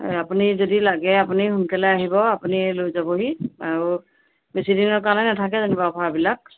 এ আপুনি যদি লাগে আপুনি সোনকালে আহিব আপুনি লৈ যাবহি আৰু বেছিদিনৰ কাৰণে নেথাকে যেনিবা অ'ফাৰবিলাক